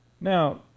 Now